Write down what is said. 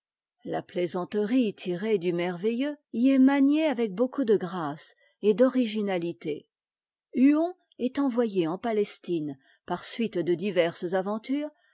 la plaisanterie tirée du merveilleux y est maniée avec beaucoup de grâce et d'originalité huon est envoyé en palestine par suite de diverses aventures